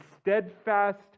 steadfast